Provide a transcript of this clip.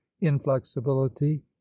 inflexibility